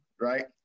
right